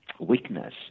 weakness